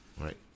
right